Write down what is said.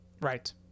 Right